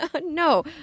No